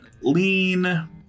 lean